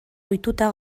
ohituta